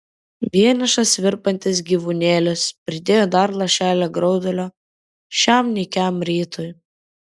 vienišas virpantis gyvūnėlis pridėjo dar lašelį graudulio šiam nykiam rytui